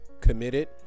committed